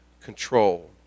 control